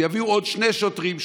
שיביאו עוד שני שוטרים,